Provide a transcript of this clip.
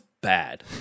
bad